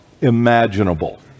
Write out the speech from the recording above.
imaginable